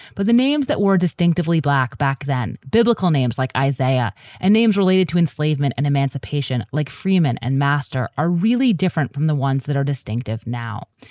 but the names that were distinctively black back then, biblical names like isaiah and names related to enslavement and emancipation like freamon and master are really different from the ones that are distinctive. now,